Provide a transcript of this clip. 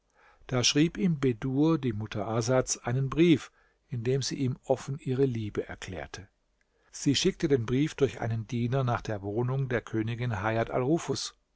da schrieb ihm bedur die mutter asads einen brief in dem sie ihm offen ihre liebe erklärte sie schickte den brief durch einen diener nach der wohnung der königin